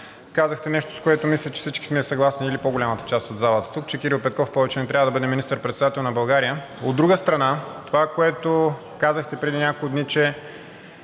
казахте нещо, с което мисля, че всички или по-голямата част от залата тук сме съгласни, че Кирил Петков повече не трябва да бъде министър-председателят на България. От друга страна, това, което казахте преди няколко дни, че